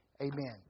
amen